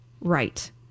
Right